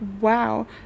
wow